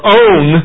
own